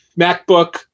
MacBook